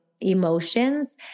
emotions